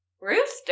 Rooster